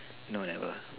no never